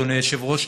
אדוני היושב-ראש,